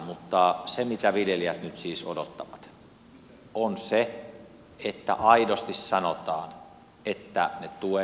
mutta se mitä viljelijät nyt siis odottavat on se että aidosti sanotaan että ne tuet maksetaan